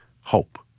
Hope